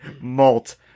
malt